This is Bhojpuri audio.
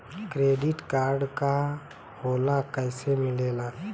डेबिट कार्ड का होला कैसे मिलेला?